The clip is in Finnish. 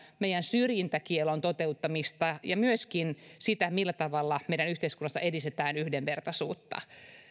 meidän syrjintäkiellon toteuttamista ja myöskin sitä millä tavalla meidän yhteiskunnassamme edistetään yhdenvertaisuutta